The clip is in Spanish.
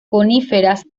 coníferas